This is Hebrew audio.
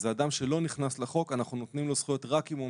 זה אדם שלא נכנס לחוק ואנחנו נותנים לו זכויות רק אם הוא